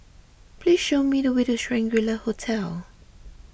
please show me the way to Shangri La Hotel